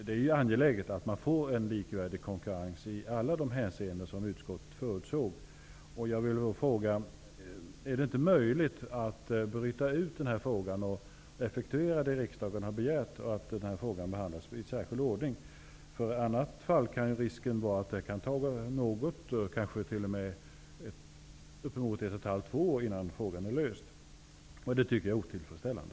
Det är angeläget att man får en likvärdig konkurrens i alla de hänseenden utskottet förutsåg. Jag vill då fråga: Är det inte möjligt att bryta ut den här frågan och effektuera det som riksdagen har begärt och att frågan behandlas i särskild ordning? I annat fall kan risken vara att det tar ett år, t.o.m. ett och ett halvt eller två år, innan frågan är löst. Det är otillfredsställande.